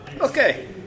Okay